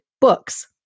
books